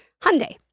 Hyundai